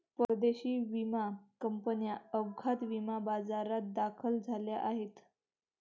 परदेशी विमा कंपन्या अपघात विमा बाजारात दाखल झाल्या आहेत